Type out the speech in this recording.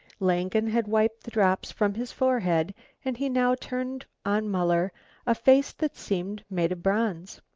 langen had wiped the drops from his forehead and he now turned on muller a face that seemed made of bronze.